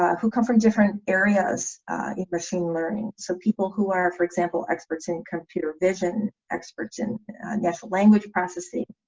ah who come from different areas in machine learning so people who are for example experts in computer vision experts in natural language processing,